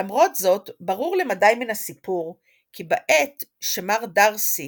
למרות זאת, ברור למדי מן הסיפור כי בעת שמר דארסי